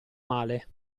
male